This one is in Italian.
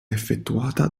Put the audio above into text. effettuata